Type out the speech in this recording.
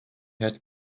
had